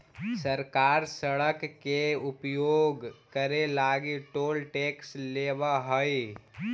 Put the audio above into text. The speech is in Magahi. सरकार सड़क के उपयोग करे लगी टोल टैक्स लेवऽ हई